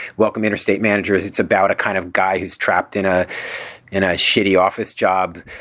welcome interstate managers. it's about a kind of guy who's trapped in a in a shitty office job.